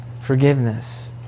Forgiveness